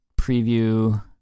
preview